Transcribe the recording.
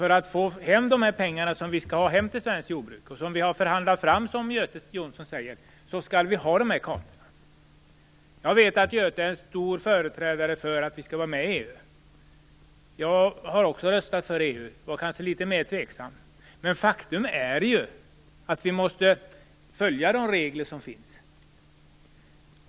För att få hem de pengar som skall gå till svenskt jordbruk och som vi har förhandlat fram, som Göte Jonsson sade, måste vi ha de här kartorna. Jag vet att Göte Jonsson är en stark företrädare för att Sverige skall vara med i EU. Jag röstade också för EU, även om jag var litet mera tveksam. Men faktum är att vi måste följa de regler som finns.